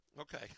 Okay